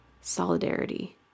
solidarity